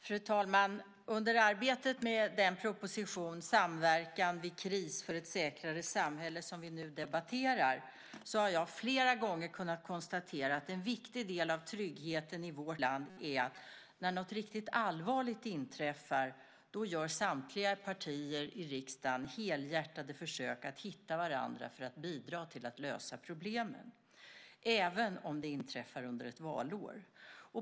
Fru talman! Under arbetet med den proposition som vi nu debatterar, Samverkan vid kris - för ett säkrare samhälle , har jag flera gånger kunnat konstatera att en viktig del av tryggheten i vårt land är att när något riktigt allvarlig inträffar gör samtliga partier i riksdagen helhjärtade försök att hitta varandra för att bidra till att lösa problemen, även om det inträffar under ett valår.